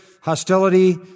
hostility